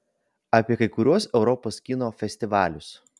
apie kai kuriuos europos kino festivalius